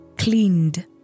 cleaned